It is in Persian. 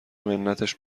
منتش